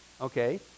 okay